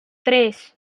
tres